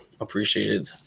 appreciated